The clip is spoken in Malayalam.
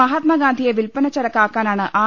മഹാത്മാഗാ ന്ധിയെ വിൽപ്പനച്ചരക്കാക്കാനാണ് ആർ